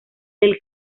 del